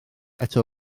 eto